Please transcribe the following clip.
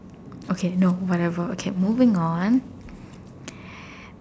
okay no whatever okay moving on